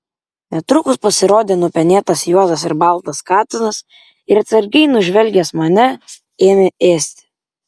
netrukus pasirodė nupenėtas juodas ir baltas katinas ir atsargiai nužvelgęs mane ėmė ėsti